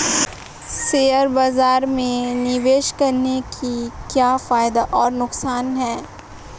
Share बाज़ार में निवेश करने के क्या फायदे और नुकसान हैं?